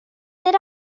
that